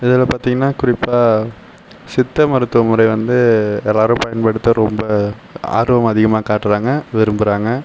இதில் பார்த்தீங்கன்னா குறிப்பாக சித்த மருத்துவ முறை வந்து எல்லாேரும் பயன்படுத்த ரொம்ப ஆர்வம் அதிகமாக காட்டுகிறாங்க விரும்புகிறாங்க